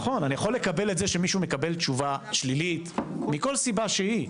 אני יכול לקבל את זה שמישהו מקבל תשובה שלילית מכל סיבה שהיא,